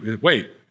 wait